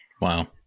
Wow